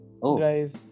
guys